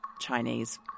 Chinese